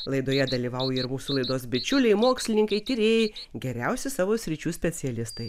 laidoje dalyvauja ir mūsų laidos bičiuliai mokslininkai tyrėjai geriausi savo sričių specialistai